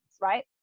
right